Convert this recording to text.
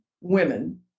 women